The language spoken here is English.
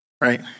right